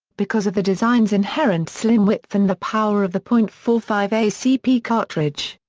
because of the design's inherent slim width and the power of the point four five acp cartridge.